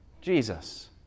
Jesus